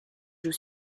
joue